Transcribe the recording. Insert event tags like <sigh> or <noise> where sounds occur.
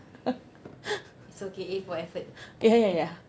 <laughs> ya ya ya